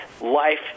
life